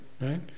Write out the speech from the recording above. right